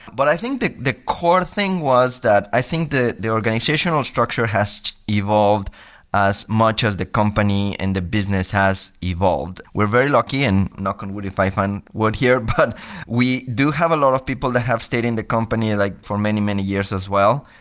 but i think the core thing was that i think the the organizational structure has evolved much as the company and the business has evolved. we're very lucky, and knock on wood if i find one here, but we do have a lot of people that have stayed in the company like for many, many years as well.